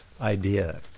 idea